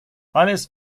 alles